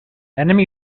enemy